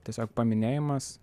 tiesiog paminėjimas